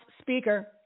Speaker